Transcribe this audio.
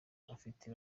ifite